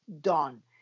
done